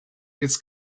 its